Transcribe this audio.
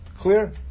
Clear